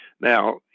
Now